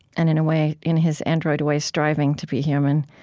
and in a way, in his android way, striving to be human,